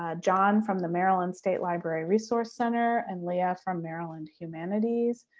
ah john from the maryland state library resource center and lia from maryland humanities.